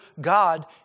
God